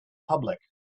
public